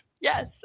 Yes